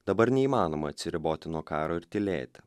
dabar neįmanoma atsiriboti nuo karo ir tylėti